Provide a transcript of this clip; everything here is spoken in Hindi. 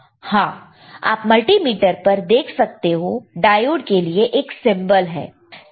हां आप मल्टीमीटर पर देख सकते हो डायोड के लिए एक सिंबल है